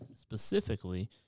specifically